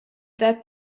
that